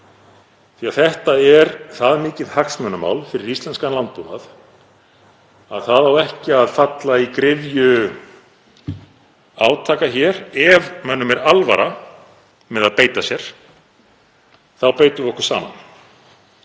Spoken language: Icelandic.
Þetta er það mikið hagsmunamál fyrir íslenskan landbúnað að það á ekki að falla í gryfju átaka hér. Ef mönnum er alvara með að beita sér þá beitum við okkur saman.